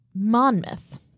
monmouth